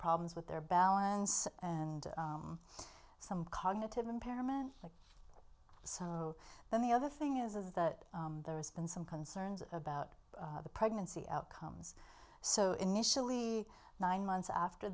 problems with their balance and some cognitive impairment so then the other thing is that there has been some concerns about the pregnancy outcomes so initially nine months after